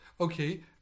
okay